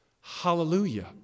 Hallelujah